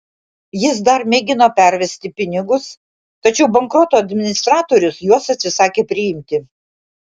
jis dar mėgino pervesti pinigus tačiau bankroto administratorius juos atsisakė priimti